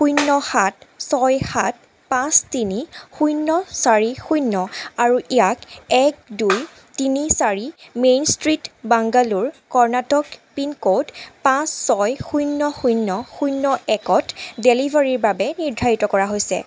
শূন্য সাত ছয় সাত পাঁচ তিনি শূন্য চাৰি শূন্য আৰু ইয়াক এক দুই তিনি চাৰি main street Bangalore Karnataka pincode পাঁচ ছয় শূন্য শূন্য শূন্য একত ডেলিভাৰীৰ বাবে নিৰ্ধাৰিত কৰা হৈছে